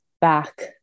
back